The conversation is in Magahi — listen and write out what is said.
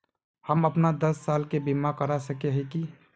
हम अपन दस साल के बीमा करा सके है की?